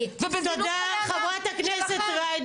ובוודאי זו הבעיה שלכם.